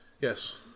Yes